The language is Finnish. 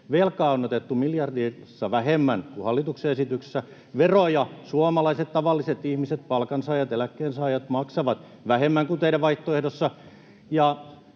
velkaa on otettu miljardeissa vähemmän kuin hallituksen esityksessä. Veroja suomalaiset tavalliset ihmiset, palkansaajat, eläkkeensaajat, maksavat vähemmän kuin teidän vaihtoehdossa,